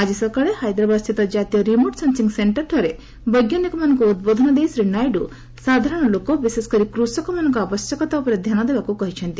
ଆଜି ସକାଳେ ହାଇଦ୍ରାବାଦସ୍ଥିତ କ୍କାତୀୟ ରିମୋଟ୍ ସେନ୍ସିଂ ସେଷ୍ଟର୍ଠାରେ ବୈଜ୍ଞାନିକମାନଙ୍କୁ ଉଦ୍ବୋଧନ ଦେଇ ଶ୍ରୀ ନାଇଡୁ ସାଧାରଣ ଲୋକ ବିଶେଷକରି କୂଷକମାନଙ୍କ ଆବଶ୍ୟକତା ଉପରେ ଧ୍ୟାନ ଦେବାକୁ କହିଛନ୍ତି